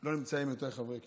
לא נמצאים יותר חברי כנסת.